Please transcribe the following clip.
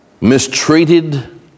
Mistreated